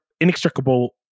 inextricable